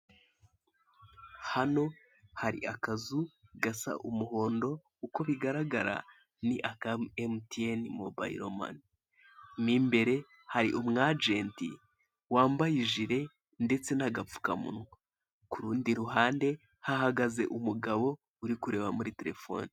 Hano hari akazu gasa umuhondo uko bigaragara ni aka emutuyeni mobayilo mani mu imbere aharu umwajenti wambaye ijire ndetse n'agapfukmunwa ku rundi ruhande hahagaze umugabo uri kureba muri terefone.